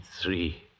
three